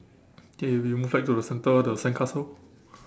okay we move back to the center the sandcastle